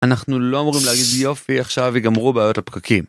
אנחנו לא אמורים להגיד יופי עכשיו יגמרו בעיות הפקקים.